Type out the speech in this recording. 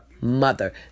mother